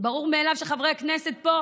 ברור מאליו שחברי כנסת פה,